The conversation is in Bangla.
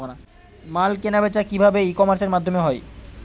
মাল কেনাবেচা কি ভাবে ই কমার্সের মাধ্যমে হয়?